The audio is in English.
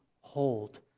hold